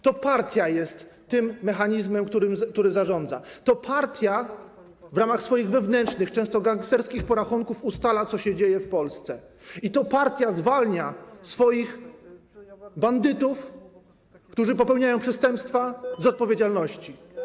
To partia jest tym mechanizmem, który zarządza, to partia w ramach swoich wewnętrznych, często gangsterskich porachunków ustala, co się dzieje w Polsce, i to partia zwalnia swoich bandytów, którzy popełniają przestępstwa, z odpowiedzialności.